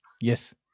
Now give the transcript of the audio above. Yes